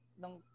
ng